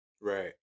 Right